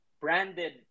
branded